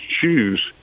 choose